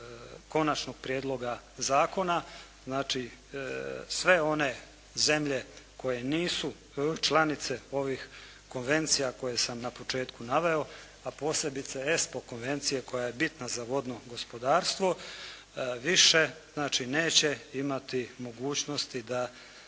Konačnog prijedloga zakona znači sve one zemlje koje nisu članice ovih konvencija koje sam na početku naveo, a posebice ESPO Konvencije koja je bitna za vodno gospodarstvo, više znači neće imati mogućnosti da